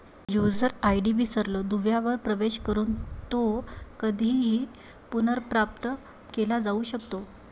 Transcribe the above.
user ID विसरलो दुव्यावर प्रवेश करून तो कधीही पुनर्प्राप्त केला जाऊ शकतो